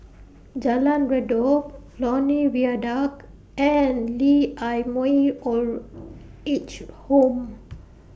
Jalan Redop Lornie Viaduct and Lee Ah Mooi Old Age Home